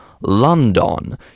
London